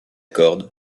corde